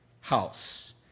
house